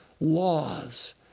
laws